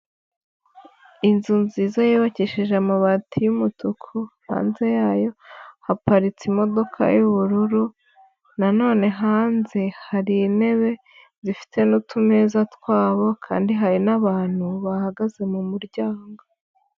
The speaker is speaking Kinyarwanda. Inzu nziza yubakishije amabati y'umutuku, hanze yayo haparitse imodoka y'ubururu, nanone hanze hari intebe zifite n'utumeza twabo kandi hari n'abantu bahagaze mu muryango.